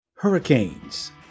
Hurricanes